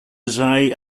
sei